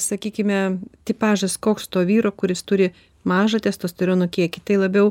sakykime tipažas koks to vyro kuris turi mažą testosterono kiekį tai labiau